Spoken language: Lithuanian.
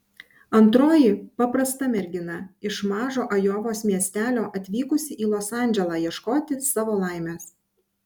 antroji paprasta mergina iš mažo ajovos miestelio atvykusi į los andželą ieškoti savo laimės